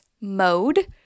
mode